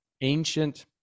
ancient